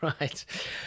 Right